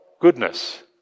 goodness